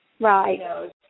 Right